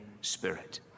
spirit